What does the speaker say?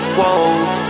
whoa